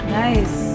nice